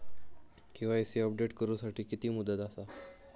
KYC update करू साठी किती मुदत आसा?